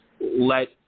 let